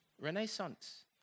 Renaissance